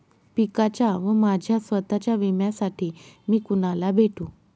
पिकाच्या व माझ्या स्वत:च्या विम्यासाठी मी कुणाला भेटू?